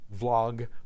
vlog